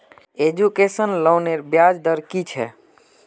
Education लोनेर ब्याज दर कि छे?